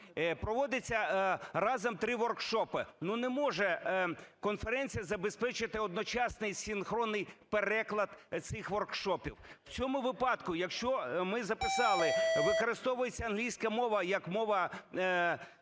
проводяться разом три воркшопи. Ну, не може конференція забезпечити одночасний синхронний переклад цих воркшопів. В цьому випадку, якщо ми записали "використовується англійська мова як мова